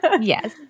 Yes